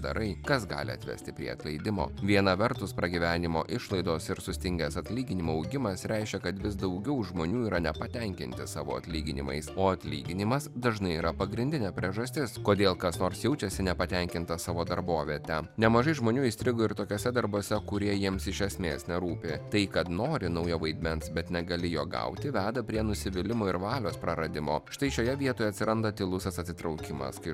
darai kas gali atvesti prie atleidimo viena vertus pragyvenimo išlaidos ir sustingęs atlyginimų augimas reiškia kad vis daugiau žmonių yra nepatenkinti savo atlyginimais o atlyginimas dažnai yra pagrindinė priežastis kodėl kas nors jaučiasi nepatenkintas savo darboviete nemažai žmonių įstrigo ir tokiuose darbuose kurie jiems iš esmės nerūpi tai kad nori naujo vaidmens bet negali jo gauti veda prie nusivylimo ir valios praradimo štai šioje vietoje atsiranda tylus atsitraukimas kai